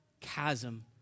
chasm